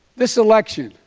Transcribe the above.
this election,